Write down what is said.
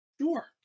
sure